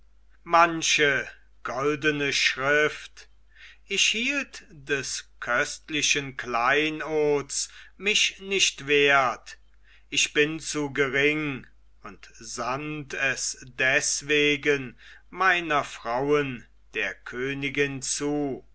manche goldene schrift ich hielt des köstlichen kleinods mich nicht wert ich bin zu gering und sandt es deswegen meiner frauen der königin zu